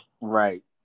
right